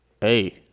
Hey